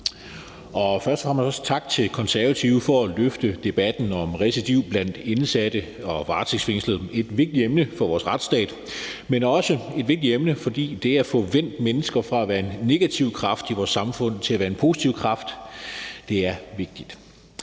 Først og fremmest også tak til Konservative for at løfte debatten om recidiv blandt indsatte og varetægtsfængslede. Det er et vigtigt emne for vores retsstat, men det er også et vigtigt emne, fordi det at få vendt mennesker fra at være en negativ kraft i vores samfund til at være en positiv kraft er vigtigt.